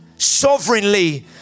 sovereignly